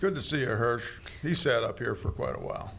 good to see her he set up here for quite a while